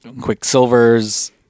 Quicksilver's